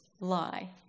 lie